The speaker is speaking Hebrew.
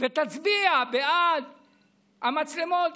ותצביע בעד המצלמות.